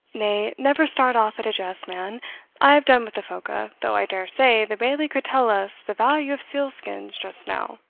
nay, never start off at a jest, man i have done with the phoca though, i dare say, the bailie could tell us the value of seal-skins just now.